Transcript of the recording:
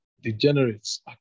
degenerates